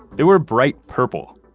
they were bright purple!